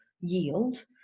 yield